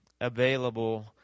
available